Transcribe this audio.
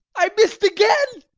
i missed again?